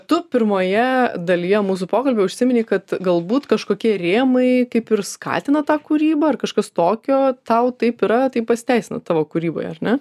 tu pirmoje dalyje mūsų pokalbio užsiminei kad galbūt kažkokie rėmai kaip ir skatina tą kūrybą ar kažkas tokio tau taip yra tai pasiteisino tavo kūryboj ar ne